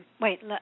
wait